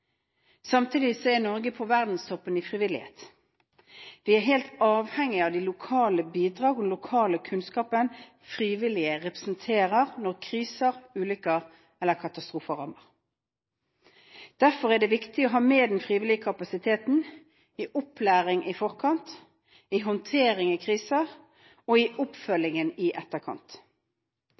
Samtidig er Norge på verdenstoppen i frivillighet. Vi er helt avhengig av det lokale bidraget og den lokale kunnskapen de frivillige representerer når kriser, ulykker eller katastrofer rammer. Derfor er det viktig å ha med den frivillige kapasiteten i opplæring i forkant, i håndtering av kriser og i oppfølgingen i etterkant.